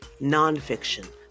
nonfiction